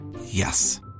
Yes